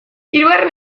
hirugarren